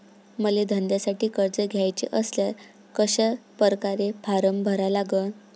मले धंद्यासाठी कर्ज घ्याचे असल्यास कशा परकारे फारम भरा लागन?